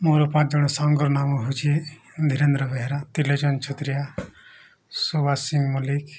ମୋର ପାଞ୍ଚ ଜଣ ସାଙ୍ଗର ନାମ ହେଉଛି ଧୀରେନ୍ଦ୍ର ବେହେରା ତ୍ରିଲୋଚନ ଛତ୍ରିଆ ସୁଭାଷ ସିଂ ମଲ୍ଲିକ